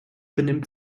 benimmt